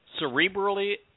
cerebrally